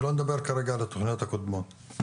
שלא נדבר כרגע על התוכניות הקודמות.